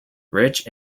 rich